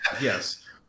Yes